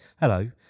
hello